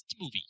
movie